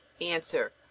Answer